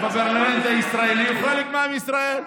בפרלמנט הישראלי הוא חלק מעם ישראל,